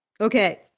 Okay